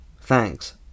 Thanks